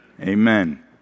Amen